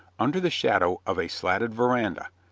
under the shadow of a slatted veranda,